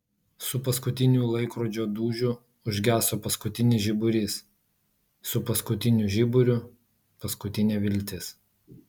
su paskutiniu laikrodžio dūžiu užgeso paskutinis žiburys su paskutiniu žiburiu paskutinė viltis